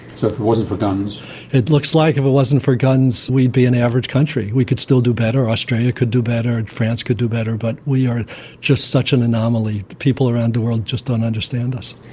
so if it wasn't for guns, david hemenway it looks like if it wasn't for guns we'd be an average country. we could still do better, australia could do better and france could do better, but we are just such an anomaly. people around the world just don't understand us.